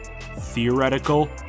theoretical